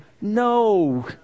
No